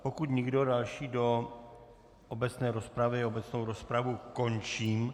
Pokud nikdo další se nehlásí do obecné rozpravy, obecnou rozpravu končím.